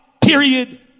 period